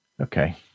Okay